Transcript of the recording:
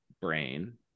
brain